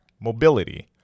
mobility